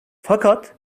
fakat